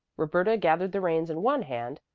roberta gathered the reins in one hand,